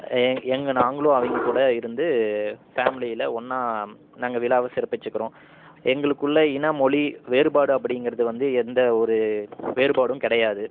ஏ எங்கள் நாங்களும் அவங்கக்கூட இருந்து ஃபேம்லியில ஒன்றா நாங்கள் விழாவை சிறப்பிச்சிக்கிறோம் எங்களுக்குள்ள இன மொழி வேறுபாடு அப்படிங்கிறது வந்து எந்த ஒரு வேறுபாடும் கிடையாது